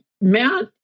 Matt